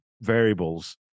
variables